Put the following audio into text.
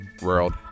World